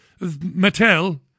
Mattel